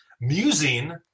Musing